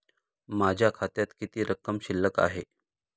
माझ्या खात्यात किती रक्कम शिल्लक आहे?